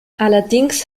allerdings